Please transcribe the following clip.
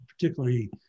particularly